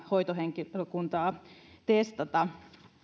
hoitohenkilökuntaa testata